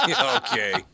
Okay